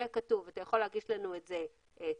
יהיה כתוב: אתה יכול להגיש את זה כתדפיס,